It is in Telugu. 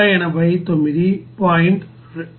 92 గా ఉంటుంది